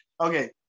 Okay